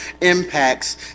impacts